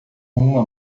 uma